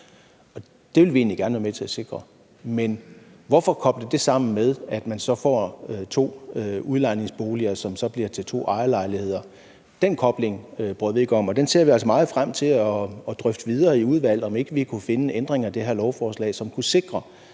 det vil vi egentlig gerne være med til at sikre, men hvorfor koble det sammen med, at man så får to udlejningsboliger, som bliver til to ejerlejligheder? Den kobling bryder vi os ikke om, og den ser vi altså meget frem til at drøfte videre i udvalget, i forhold til om vi ikke kunne finde frem til en ændring af det her lovforslag, som kunne sikre,